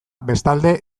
bestalde